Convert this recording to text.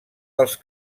dels